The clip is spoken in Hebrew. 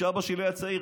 כשאבא שלי היה צעיר,